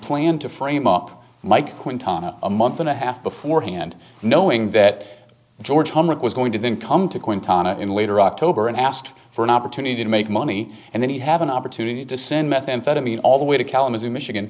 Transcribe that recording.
plan to frame up mike a month and a half beforehand knowing that george was going to then come to quinton in later october and asked for an opportunity to make money and then he have an opportunity to send methamphetamine all the way to kalamazoo michigan